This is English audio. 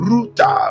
Ruta